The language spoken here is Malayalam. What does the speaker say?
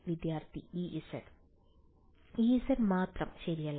വിദ്യാർത്ഥി Ez Ez മാത്രം ശരിയല്ലേ